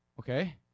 okay